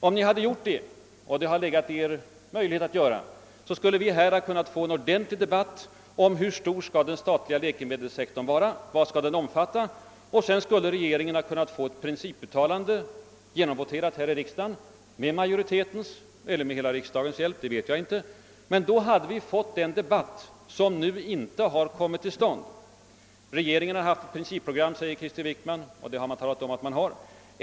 Om ni hade gjort det — och det hade det varit möjligt för er att göra — skulle vi ha kunnat få en ordentlig debatt om hur stor den statliga läkemedelssektorn skall vara och vad den skall omfatta. Regeringen skulle ha kunnat få ett principuttalande genomvoterat här i kammaren med majoritetens eller eventuellt — det vet jag inte — hela riksdagens hjälp. Det räcker att regeringen haft ett principprogram, menar statsrådet Wickman, och det har man talat om.